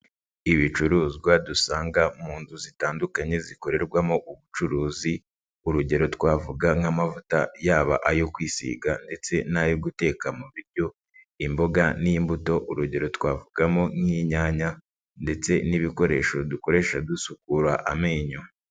Ibicuruzwa dusanga mu nzu zitandukanye zikorerwamo ubucuruzi urugero, twavuga nk'amavuta yaba ayo kwisiga ndetse n'ayo guteka mu biryo, imboga n'imbuto urugero, twavugamo nk'inyanya ndetse n'ibikoresho dukoresha dusukura amenyo.